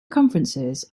conferences